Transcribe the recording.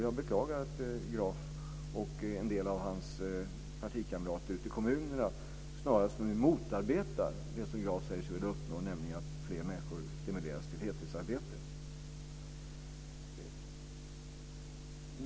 Jag beklagar att Graf och en del av hans partikamrater ute i kommunerna snarast motarbetar det som Graf säger sig vilja uppnå, nämligen att fler människor stimuleras till heltidsarbete.